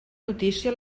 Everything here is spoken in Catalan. notícia